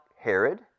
Herod